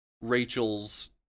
Rachel's